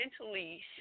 mentally